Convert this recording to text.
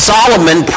Solomon